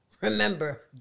remember